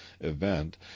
event